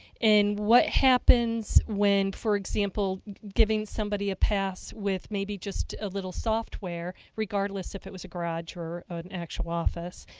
and what happens when for example giving somebody a pass with maybe just a little software regardless if it was a garage or actual office,